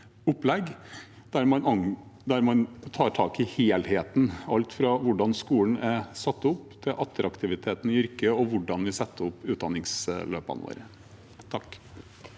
opplegg der man tar tak i helheten – alt fra hvordan skolen er satt opp, til attraktiviteten i yrket og hvordan vi setter opp utdanningsløpene våre.